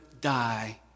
die